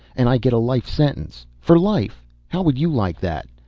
and i get a life sentence. for life how would you like that?